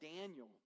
Daniel